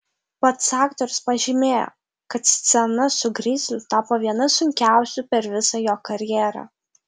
pats aktorius pažymėjo kad scena su grizliu tapo viena sunkiausių per visą jo karjerą